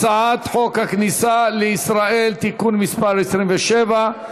הצעת חוק הכניסה לישראל (תיקון מס' 27)